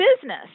business